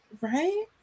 Right